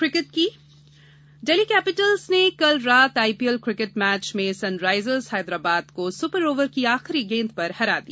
cricket IPL Delhi Capitals ने कल रात आईपीएल क्रिकेट मैच में सनराइजर्स हैदराबाद को सुपर ओवर की आखिरी गेंद पर हरा दिया